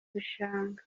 bishanga